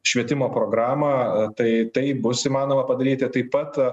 švietimo programą tai tai bus įmanoma padaryti taip pat